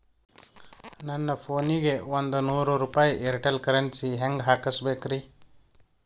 ನನ್ನ ಫೋನಿಗೆ ಒಂದ್ ನೂರು ರೂಪಾಯಿ ಏರ್ಟೆಲ್ ಕರೆನ್ಸಿ ಹೆಂಗ್ ಹಾಕಿಸ್ಬೇಕ್ರಿ?